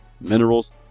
minerals